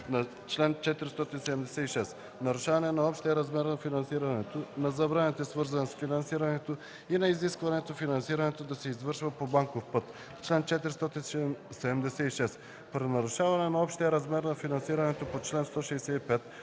чл. 476: „Нарушаване на общия размер на финансирането, на забраните, свързани с финансирането, и на изискването финансирането да се извършва по банков път „Чл. 476. При нарушаване на общия размер на финансирането по чл. 165,